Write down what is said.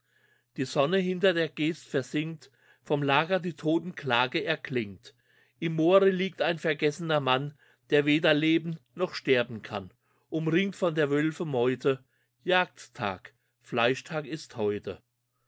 die sonne hinter der geest versinkt vom lager die totenklage erklingt im moore liegt ein vergessener mann der weder leben noch sterben kann umringt von der wölfe meute jagdtag fleischtag ist heute